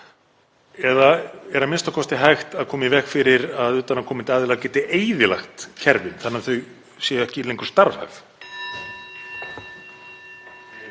eða er a.m.k. hægt að koma í veg fyrir að utanaðkomandi aðilar geti eyðilagt kerfi þannig að þau séu ekki lengur starfhæf?